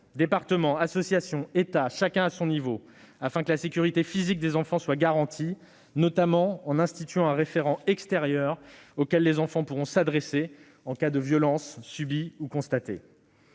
départements, les associations et l'État, chacun à son niveau, afin que la sécurité physique des enfants soit garantie, notamment en instituant un référent extérieur auquel les enfants pourront s'adresser en cas de violence subie ou constatée.